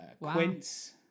quince